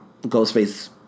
Ghostface